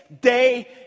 day